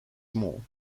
small